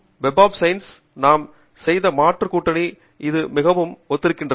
web of சயின்ஸில் நாம் செய்த மற்ற கூட்டணிக்கு இது மிகவும் ஒத்திருக்கிறது